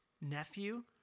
Nephew